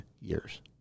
years